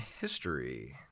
history